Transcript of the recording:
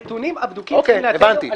הנתונים הבדוקים מבחינתנו,